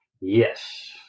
Yes